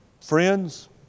Friends